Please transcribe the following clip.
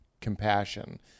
compassion